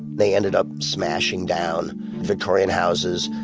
they ended up smashing down victorian houses,